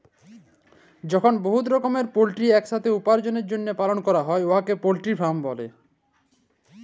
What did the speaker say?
যখল বহুত রকমের পলটিরিকে ইকসাথে উপার্জলের জ্যনহে পালল ক্যরা হ্যয় উয়াকে পলটিরি ফার্মিং ব্যলে